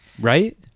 Right